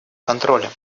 контролем